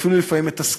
לפעמים אפילו מתסכל.